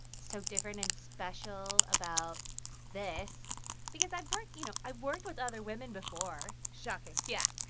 so different and special about this because i've worked you know, i've worked with other women before shocking yeah.